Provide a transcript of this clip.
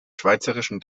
schweizerischen